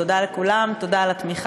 תודה לכולם, תודה על התמיכה.